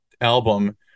album